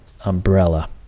umbrella